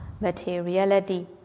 materiality